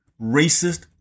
racist